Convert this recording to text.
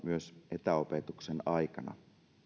etäopetuksen aikana